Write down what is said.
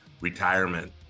Retirement